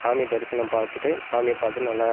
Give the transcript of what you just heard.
சாமி தரிசனம் பார்த்துட்டு சாமியை பார்த்து நல்ல